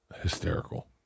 hysterical